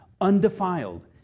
undefiled